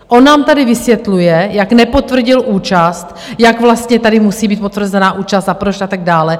On nám tady vysvětluje, jak nepotvrdil účast, jak vlastně tady musí být potvrzená účast a proč a tak dále.